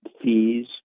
fees